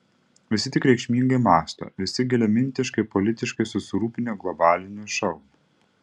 visi tik reikšmingai mąsto visi giliamintiškai politiškai susirūpinę globaliniu šou